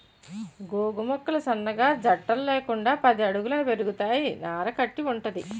గోగు మొక్కలు సన్నగా జట్టలు లేకుండా పది అడుగుల పెరుగుతాయి నార కట్టి వుంటది